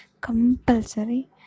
compulsory